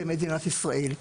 במדינת ישראל.